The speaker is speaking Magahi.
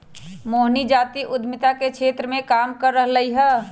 मोहिनी जाति उधमिता के क्षेत्र मे काम कर रहलई ह